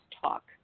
Talk